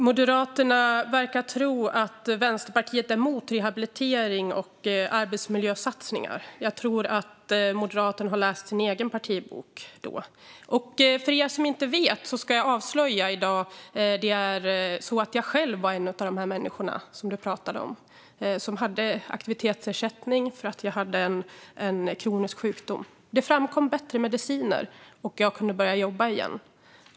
Fru talman! Ledamoten verkar tro att Vänsterpartiet är emot rehabilitering och arbetsmiljösatsningar, men då tror jag att han i stället har läst Moderaternas partibok. För er som inte vet det ska jag i dag avslöja att jag själv var en av de människor som ledamoten pratar om. Jag hade aktivitetsersättning därför att jag hade en kronisk sjukdom. Men det kom bättre mediciner, och jag kunde börja jobba igen.